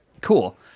cool